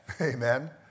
Amen